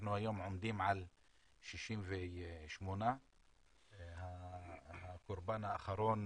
אנחנו היום עומדים על 68. הקורבן האחרון,